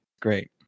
great